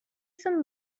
some